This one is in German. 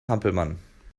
hampelmann